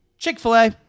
Chick-fil-A